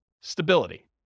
stability